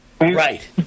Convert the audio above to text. Right